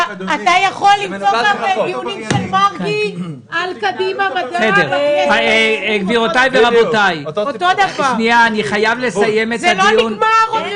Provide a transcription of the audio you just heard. שמתי את זה על סדר היום, כי אני רואה את